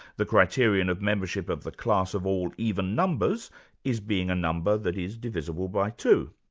the criterion of membership of the class of all even numbers is being a number that is divisible by two.